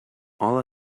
all